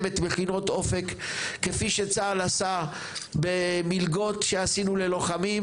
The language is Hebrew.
את מכינות אופק כפי שצה"ל עשה במלגות שעשינו ללוחמים,